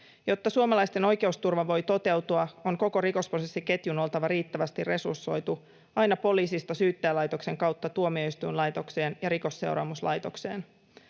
Jotta suomalaisten oikeusturva voi toteutua, on koko rikosprosessiketjun oltava riittävästi resursoitu aina poliisista Syyttäjälaitoksen kautta tuomioistuinlaitokseen ja Rikosseuraamuslaitokseen.